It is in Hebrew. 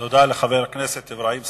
תודה לחבר הכנסת אברהים צרצור.